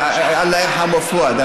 אללה ירחמו, פואד.